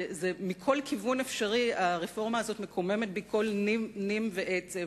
מכל כיוון אפשרי הרפורמה הזאת מקוממת בי כל נים ועצב,